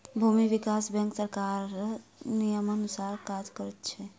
भूमि विकास बैंक सरकारक नियमानुसार काज करैत छै